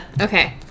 Okay